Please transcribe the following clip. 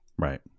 Right